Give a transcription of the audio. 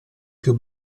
più